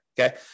okay